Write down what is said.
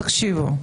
תקשיבו,